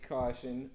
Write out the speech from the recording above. Caution